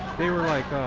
they were like,